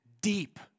deep